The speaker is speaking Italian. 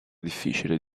difficile